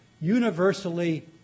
universally